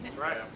Right